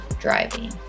driving